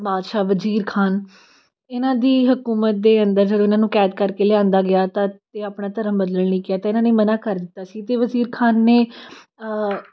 ਬਾਦਸ਼ਾਹ ਵਜ਼ੀਰ ਖਾਨ ਇਹਨਾਂ ਦੀ ਹਕੂਮਤ ਦੇ ਅੰਦਰ ਜਦੋਂ ਉਹਨਾਂ ਨੂੰ ਕੈਦ ਕਰਕੇ ਲਿਆਉਂਦਾ ਗਿਆ ਤਾਂ ਅਤੇ ਆਪਣਾ ਧਰਮ ਬਦਲਣ ਲਈ ਕਿਹਾ ਅਤੇ ਇਹਨਾਂ ਨੇ ਮਨਾ ਕਰ ਦਿੱਤਾ ਸੀ ਅਤੇ ਵਜ਼ੀਰ ਖਾਨ ਨੇ